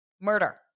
Murder